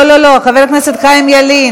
לא, לא, לא, חבר הכנסת חיים ילין.